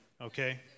okay